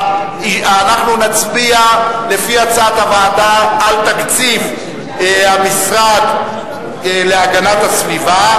אנחנו נצביע לפי הצעת הוועדה על תקציב המשרד להגנת הסביבה,